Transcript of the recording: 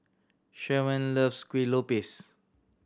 Sherman loves Kueh Lopes